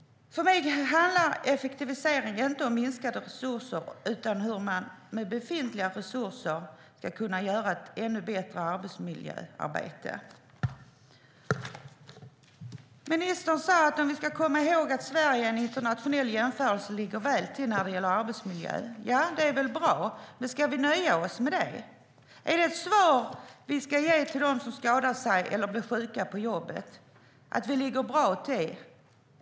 För mig handlar effektivisering inte om minskade resurser utan om hur man med befintliga resurser ska kunna göra ett ännu bättre arbetsmiljöarbete. Ministern säger att vi ska komma ihåg att Sverige i en internationell jämförelse ligger väl till när det gäller arbetsmiljö. Det är väl bra, men ska vi nöja oss med det? Är det ett svar vi ska ge till dem som skadar sig på eller blir sjuka på jobbet? Vi ligger bra till - ska vi säga så?